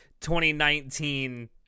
2019